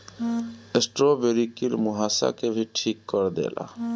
strawberry कील मुंहासा के भी ठीक कर देला